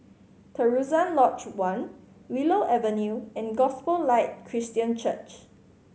Terusan Lodge One Willow Avenue and Gospel Light Christian Church